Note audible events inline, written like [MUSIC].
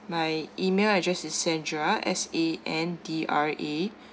my email address is sandra S A N D R A [BREATH]